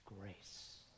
grace